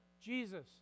Jesus